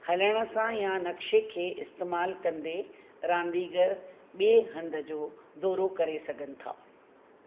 हलण सां या नक़्शे खे इस्तेमालु कंदे रांदीगर ॿिए हंध जो दौरो करे सघनि था